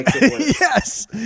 Yes